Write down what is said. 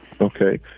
Okay